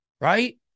right